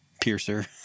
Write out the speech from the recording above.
piercer